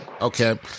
okay